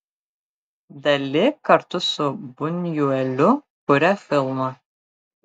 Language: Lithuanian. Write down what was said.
dali kartu su bunjueliu kuria filmą